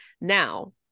Now